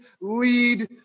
lead